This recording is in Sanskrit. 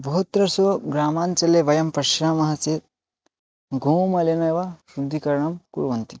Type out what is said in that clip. बहुत्र ग्रामजले वयं पश्यामः चेत् गोमलिनं वा शुद्धीकरणं कुर्वन्ति